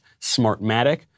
Smartmatic